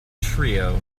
trio